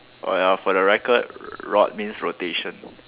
uh for the record rot means rotation